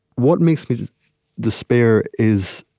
what makes me despair is